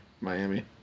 Miami